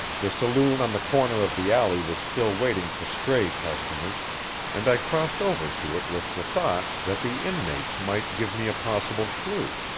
the saloon on the corner of the alley was still waiting for stray customers and i crossed over to it with the thought that the inmates might give me a possible clue.